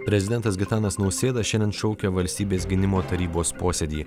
prezidentas gitanas nausėda šiandien šaukia valstybės gynimo tarybos posėdį